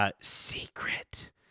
secret